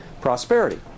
prosperity